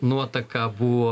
nuotaka buvo